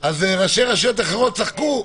אז ראשי רשויות אחרים צחקו.